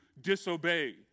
disobey